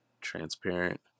transparent